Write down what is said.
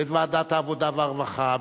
ואת ועדת העבודה והרווחה,